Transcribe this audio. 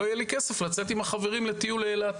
לא יהיה לי כסף לצאת עם החברים לטיול לאילת.